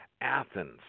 Athens